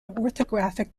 orthographic